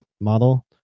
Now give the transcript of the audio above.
model